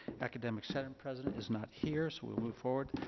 academic senate president is not here so we'll move forward.